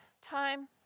Time